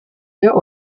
der